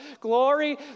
Glory